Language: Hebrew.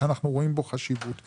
שאנחנו רואים בו חשיבות.